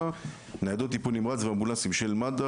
ניידות טיפול נמרץ ואמבולנסים של מד"א.